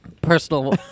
personal